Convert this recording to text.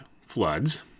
floods